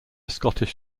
scottish